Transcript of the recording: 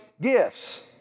gifts